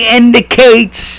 indicates